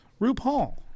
RuPaul